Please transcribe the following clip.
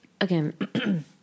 Again